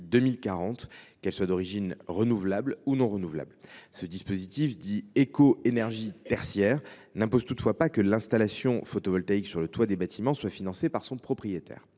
qu’elle soit d’origine renouvelable ou non renouvelable. Toutefois, ce dispositif Éco énergie tertiaire n’impose pas que l’installation photovoltaïque sur le toit des bâtiments soit financée par son propriétaire.